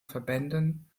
verbänden